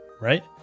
right